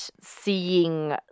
seeing